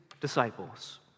disciples